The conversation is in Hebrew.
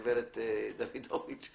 גברת דוידוביץ,